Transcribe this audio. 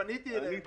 פניתי אליהם.